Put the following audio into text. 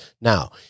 Now